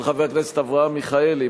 של חבר הכנסת אברהם מיכאלי,